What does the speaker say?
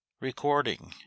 Recording